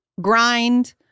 grind